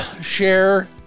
share